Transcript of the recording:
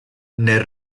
nel